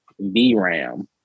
VRAM